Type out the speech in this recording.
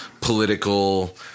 political